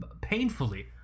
Painfully